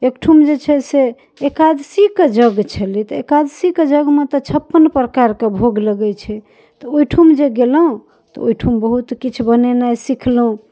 एकठाम जे छै से एकादशीके यज्ञ छलै तऽ एकादशीके यज्ञमे तऽ छप्पन प्रकारके भोग लगै छै तऽ ओहिठाम जे गेलहुँ तऽ ओहिठाम बहुत किछु बनेनाइ सिखलहुँ